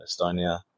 Estonia